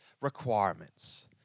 requirements